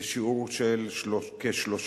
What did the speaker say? בשיעור של כ-3%,